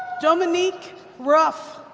dominique rough.